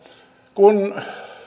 kun